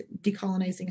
decolonizing